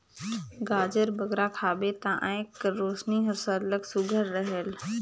गाजर बगरा खाबे ता आँएख कर रोसनी हर सरलग सुग्घर रहेल